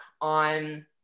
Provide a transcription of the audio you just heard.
on